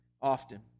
often